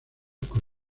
con